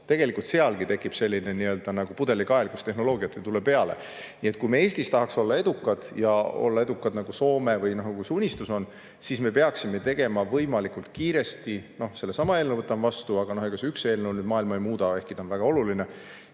Tegelikult sealgi tekib nagu pudelikael, kus tehnoloogiat ei tule peale. Nii et kui me Eestis tahaks olla edukad, ja olla edukad nagu Soome või nagu see unistus on, siis me peaksime tegema [otsused] võimalikult kiiresti. Noh, sellesama eelnõu võtame vastu, aga ega üks eelnõu maailma ei muuda, ehkki see on väga oluline.